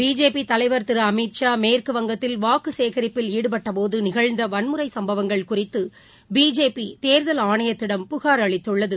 BJP தலைவர் திரு அமித்ஷா மேற்குவங்கத்தில் வாக்கு சேகரிப்பில் ஈடுபட்டபோது நிகழ்ந்த வன்முறை சம்பங்கள் குறித்து பிஜேபி தேர்தல் ஆணையத்திடம் புகாா் அளித்துள்ளது